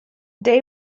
day